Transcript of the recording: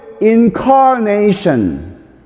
incarnation